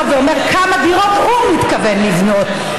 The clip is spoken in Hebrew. ואומר כמה דירות הוא מתכוון לבנות.